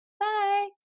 Bye